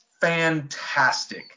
fantastic